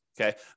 Okay